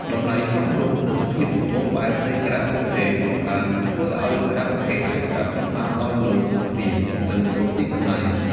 តម្លៃសមរម្យ និងភាពសម្បូរបែបនៃខារ៉ាអូខេ បានធ្វើឱ្យខារ៉ាអូខេអាចប្រើប្រាស់ដោយមនុស្សគ្រប់គ្នា និងគ្រប់ទីកន្លែង។